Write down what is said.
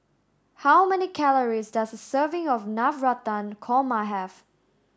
how many calories does serving of Navratan Korma have